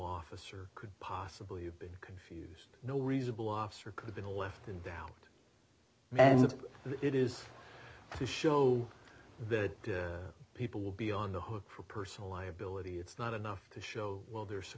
officer could possibly have been confused no reasonable officer could be left in doubt and it is to show that people will be on the hook for personal liability it's not enough to show well there's a